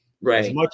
right